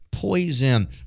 poison